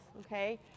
okay